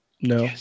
No